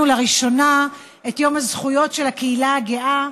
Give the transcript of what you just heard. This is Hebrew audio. לראשונה את יום הזכויות של הקהילה הגאה,